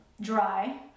Dry